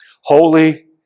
Holy